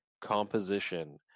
composition